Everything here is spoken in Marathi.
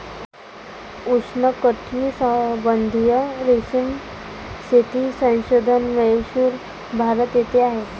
उष्णकटिबंधीय रेशीम शेती संशोधन म्हैसूर, भारत येथे आहे